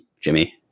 Jimmy